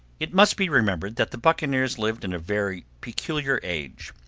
it must be remembered that the buccaneers lived in a very peculiar age.